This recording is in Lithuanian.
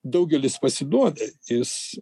daugelis pasiduodantys